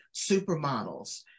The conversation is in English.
supermodels